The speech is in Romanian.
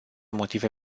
motive